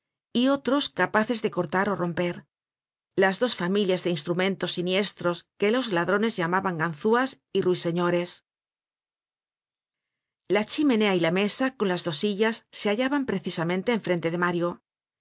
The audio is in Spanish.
y otros capaces de cortar ó romper las dos familias de instrumentos siniestros que los ladrones llaman ganzúas y ruiseñores la chimenea y la mesa con las dos sillas se hallaban precisamente en frente de mario